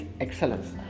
excellence